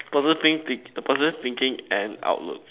positive think positive thinking and outlook